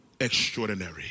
extraordinary